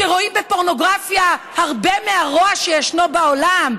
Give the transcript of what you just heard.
שרואים בפורנוגרפיה הרבה מהרוע שישנו בעולם.